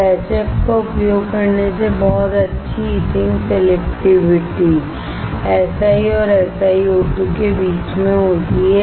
और HF का उपयोग करने से बहुत अच्छी इचिंग सिलेक्टिविटी Si और SiO2 के बीच में होती है